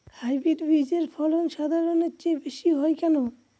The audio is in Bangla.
হাইব্রিড বীজের ফলন সাধারণের চেয়ে বেশী হয় কেনো?